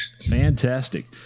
Fantastic